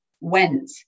went